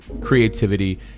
creativity